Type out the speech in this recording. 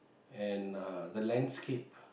and uh the landscape